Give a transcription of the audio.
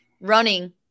running